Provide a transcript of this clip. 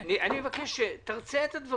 סך החיסכון הפנסיוני היום הוא שני טריליון.